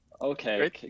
okay